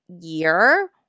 year